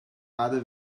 other